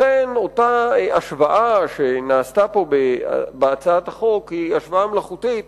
לכן אותה השוואה שנעשתה פה בהצעת החוק היא השוואה מלאכותית.